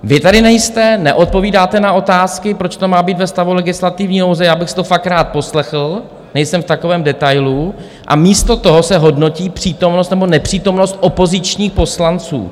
Vy tady nejste, neodpovídáte na otázky, proč to má být ve stavu legislativní nouze já bych si to fakt rád poslechl, nejsem v takovém detailu a místo toho se hodnotí přítomnost nebo nepřítomnost opozičních poslanců.